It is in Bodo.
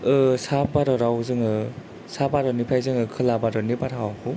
सा भारताव जोङो सा भारतनिफ्राय जोङो खोला भारतनि बारहावाखौ